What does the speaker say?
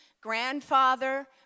grandfather